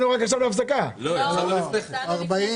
מה פתאום?